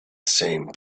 same